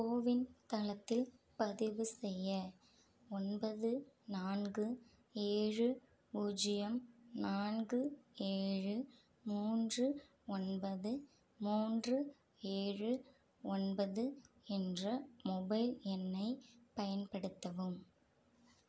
CoWIN தளத்தில் பதிவு செய்ய ஒன்பது நான்கு ஏழு பூஜ்ஜியம் நான்கு ஏழு மூன்று ஒன்பது மூன்று ஏழு ஒன்பது என்ற மொபைல் எண்ணைப் பயன்படுத்தவும்